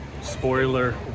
Spoiler